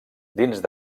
dins